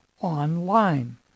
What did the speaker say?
online